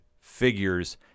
figures